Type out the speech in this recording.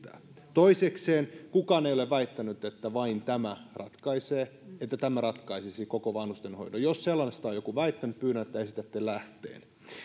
toisekseen kukaan ei ole väittänyt että vain tämä ratkaisee että tämä ratkaisisi koko vanhustenhoidon jos sellaista on joku väittänyt pyydän että esitätte lähteen